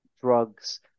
drugs